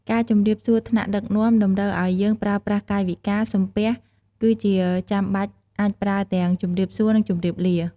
ការជម្រាបសួរថ្នាក់ដឹកនាំតម្រូវឱ្យយើងប្រើប្រាស់កាយវិការ សំពះ គឺជាចាំបាច់អាចប្រើទាំងជម្រាបសួរនិងជម្រាបលា។